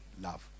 love